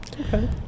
Okay